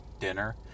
dinner